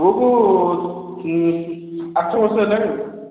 ପୁଅକୁ ଆଠବର୍ଷ ହେଲାଣି